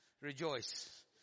Rejoice